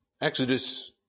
Exodus